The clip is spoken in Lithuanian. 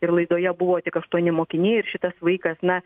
ir laidoje buvo tik aštuoni mokiniai ir šitas vaikas na